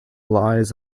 lies